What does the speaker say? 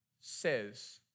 says